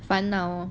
烦恼